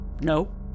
No